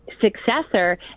successor